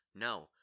No